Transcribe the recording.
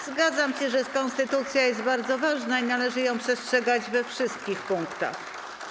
Zgadzam się, że konstytucja jest bardzo ważna i należy jej przestrzegać we wszystkich punktach.